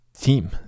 team